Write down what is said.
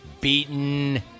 beaten